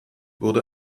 wurde